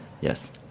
Yes